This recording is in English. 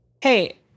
Hey